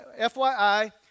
FYI